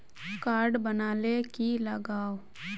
Card बना ले की लगाव?